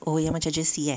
oh yang macam jersey eh